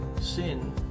sin